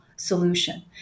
solution